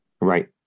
Right